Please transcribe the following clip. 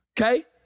okay